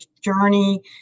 journey